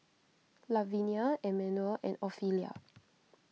Lavenia Emanuel and Ofelia